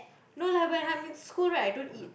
no like when I'm in school right I don't eat